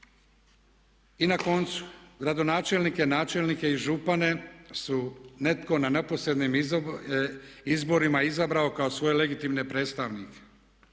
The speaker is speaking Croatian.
I na koncu, gradonačelnike, načelnike i župane su netko na neposrednim izborima izabrao kao svoje legitimne predstavnike.